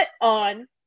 on